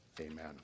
Amen